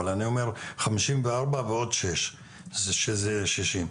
אבל אני אומר חמישים וארבע ועוד שש שזה שישים.